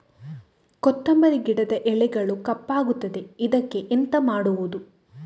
ಕೊತ್ತಂಬರಿ ಗಿಡದ ಎಲೆಗಳು ಕಪ್ಪಗುತ್ತದೆ, ಇದಕ್ಕೆ ಎಂತ ಮಾಡೋದು?